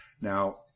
Now